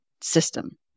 system